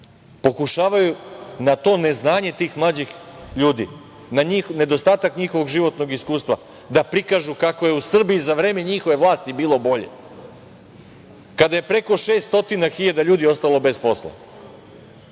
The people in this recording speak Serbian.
Pokušavaju na to neznanje tih mlađih ljudi, na nedostatak njihovog životnog iskustva da prikažu kako je u Srbiji za vreme njihove vlasti bilo bolje, kada je preko 600 hiljada ljudi ostalo bez posla.